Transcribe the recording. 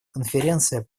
конференция